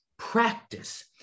Practice